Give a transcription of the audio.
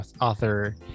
author